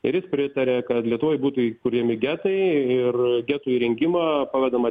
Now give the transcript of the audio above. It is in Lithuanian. ir jis pritaria kad lietuvoj būtų įkuriami getai ir getų įrengimą pavedama